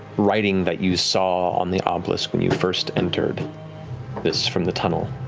writing that you saw on the um obelisk when you first entered this from the tunnel.